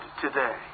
today